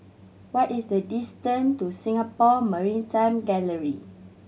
what is the distance to Singapore Maritime Gallery